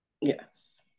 Yes